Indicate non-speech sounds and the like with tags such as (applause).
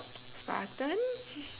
(noise) spartan (laughs)